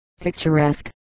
Picturesque